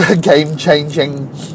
game-changing